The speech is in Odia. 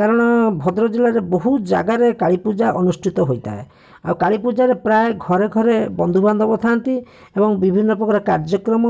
କାରଣ ଭଦ୍ରକ ଜିଲ୍ଲାରେ ବହୁତ ଜାଗାରେ କାଳୀପୂଜା ଅନୁଷ୍ଠିତ ହୋଇଥାଏ ଆଉ କାଳୀପୂଜାରେ ପ୍ରାୟ ଘରେ ଘରେ ବନ୍ଧୁବାନ୍ଧବ ଥାନ୍ତି ଏବଂ ବିଭିନ୍ନ ପ୍ରକାର କାର୍ଯ୍ୟକ୍ରମ